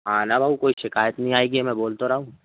हाँ ना भाऊ कोई शिकायत नहीं आएगी मैं बोल तो रहा हूँ